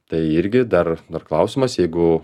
tai irgi dar dar klausimas jeigu